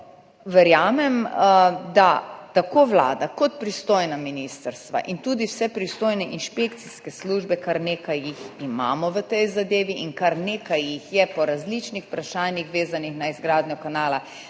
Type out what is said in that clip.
verjamem, da tako Vlada kot pristojna ministrstva in tudi vse pristojne inšpekcijske službe, kar nekaj jih imamo v tej zadevi in kar nekaj jih je po različnih vprašanjih vezanih na izgradnjo kanala